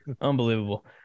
unbelievable